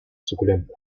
suculenta